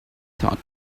thought